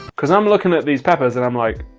cause i'm looking at these peppers and i'm like.